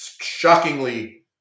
shockingly